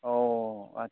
अ आच्चा